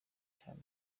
cyane